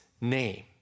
name